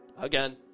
again